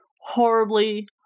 horribly